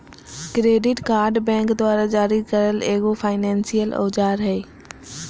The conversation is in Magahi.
क्रेडिट कार्ड बैंक द्वारा जारी करल एगो फायनेंसियल औजार हइ